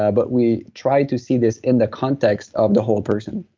ah but we try to see this in the context of the whole person.